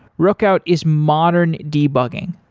rookout is modern debugging.